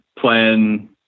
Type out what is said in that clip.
plan